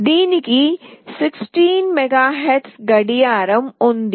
దీనికి 16 MHz గడియారం ఉంది